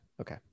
okay